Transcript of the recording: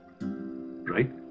Right